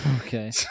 okay